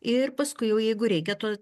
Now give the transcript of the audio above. ir paskui jau jeigu reikia to